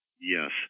Yes